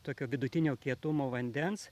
tokio vidutinio kietumo vandens